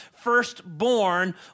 firstborn